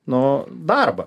nu darbą